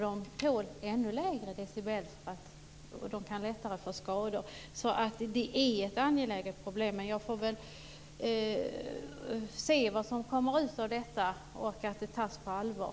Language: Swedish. De tål ännu lägre decibeltal, och de kan lättare få skador. Det är ett angeläget problem. Jag får se vad som kommer ut av detta, och jag hoppas att det tas på allvar.